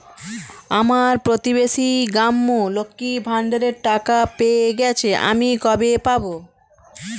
আমার প্রতিবেশী গাঙ্মু, লক্ষ্মীর ভান্ডারের টাকা পেয়ে গেছে, আমি কবে পাব?